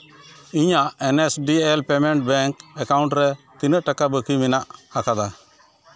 ᱤᱧᱟᱹᱜ N S D L payment bank account ᱨᱮ ᱛᱤᱱᱟᱹᱜ ᱴᱟᱠᱟ ᱵᱟᱹᱠᱤ ᱢᱮᱱᱟᱜᱼᱟ ᱟᱠᱟᱫᱟ